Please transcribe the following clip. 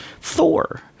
Thor